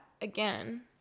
again